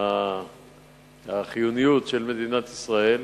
של החיוניות של מדינת ישראל,